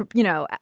but you know,